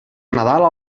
nadal